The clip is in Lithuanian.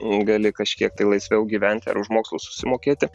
gali kažkiek tai laisviau gyventi ar už mokslus susimokėti